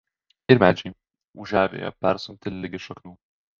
ir medžiai ūžią vėjo persunkti ligi šaknų